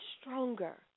stronger